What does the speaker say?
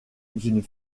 une